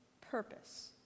purpose